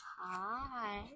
Hi